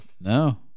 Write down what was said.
No